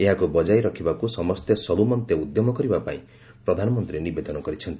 ଏହାକୁ ବଜାୟ ରଖିବାକୁ ସମସ୍ତେ ସବୁମନ୍ତେ ଉଦ୍ୟମ କରିବା ପାଇଁ ପ୍ରଧାନମନ୍ତ୍ରୀ ନିବେଦନ କରିଛନ୍ତି